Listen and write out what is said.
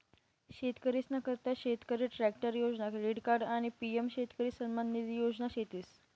शेतकरीसना करता शेतकरी ट्रॅक्टर योजना, क्रेडिट कार्ड आणि पी.एम शेतकरी सन्मान निधी योजना शेतीस